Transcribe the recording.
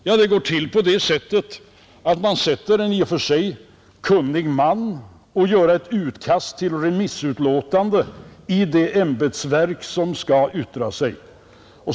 Ja, det går till på det sättet att man sätter en i och för sig kunnig man att göra ett utkast till remissutlåtande i det ämbetsverk som skall yttra sig.